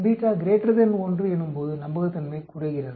1 எனும்போது நம்பகத்தன்மை குறைகிறது